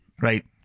right